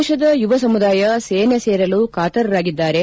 ದೇಶದ ಯುವಸಮುದಾಯ ಸೇನೆ ಸೇರಲು ಕಾತರರಾಗಿದ್ದಾರೆ